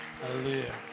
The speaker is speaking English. Hallelujah